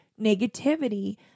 negativity